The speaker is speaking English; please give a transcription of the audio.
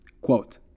Quote